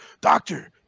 Doctor